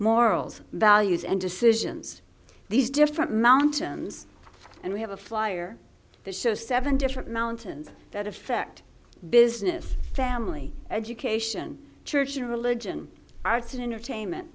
morals values and decisions these different mountains and we have a flyer that shows seven different mountains that affect business family education church and religion are to entertainment